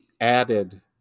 added